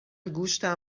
گوشتم